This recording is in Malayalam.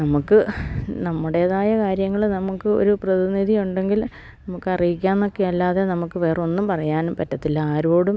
നമുക്ക് നമ്മുടേതായ കാര്യങ്ങള് നമുക്ക് ഒരു പ്രതിനിധി ഉണ്ടെങ്കിൽ നമുക്ക് അറിയിക്കാന്നൊക്കെ അല്ലാതെ നമുക്ക് വേറൊന്നും പറയാനും പറ്റത്തില്ല ആരോടും